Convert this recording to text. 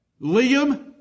Liam